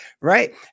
right